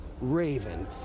Raven